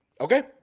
Okay